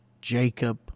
Jacob